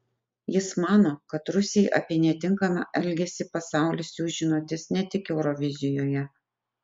jis mano kad rusijai apie netinkamą elgesį pasaulis siųs žinutes ne tik eurovizijoje